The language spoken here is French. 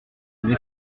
les